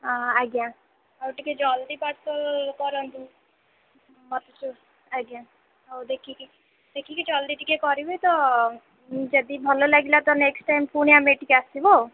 ଓ ଆଜ୍ଞା ଆଉ ଟିକେ ଜଲଦି ପାର୍ସଲ୍ କରନ୍ତୁ ମୋତେ ଆଜ୍ଞା ହଉ ଦେଖିକି ଦେଖିକି ଜଲଦି ଟିକେ କରିବେ ତ ଯଦି ଭଲ ଲାଗିଲା ତ ନେକ୍ସଟ୍ ଟାଇମ୍ ପୁଣି ଆମେ ଏଠିକି ଆସିବୁ